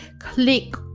click